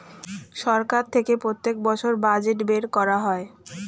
সরকার থেকে প্রত্যেক বছর বাজেট বের করা হয়